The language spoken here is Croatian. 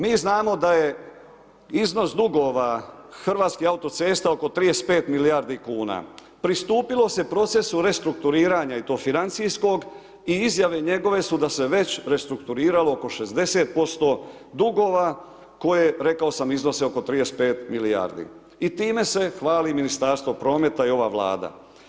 Mi znamo da je iznos dugova Hrvatskih autocesta oko 35 milijardi kuna, pristupilo se procesu restrukturiranja i to financijskog i izjave njegove su da se već restrukturiralo oko 60% dugova koje rekao sam iznose oko 35 milijardi i time se hvali Ministarstvo prometa i ova Vlada.